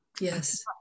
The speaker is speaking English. Yes